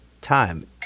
Time